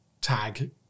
tag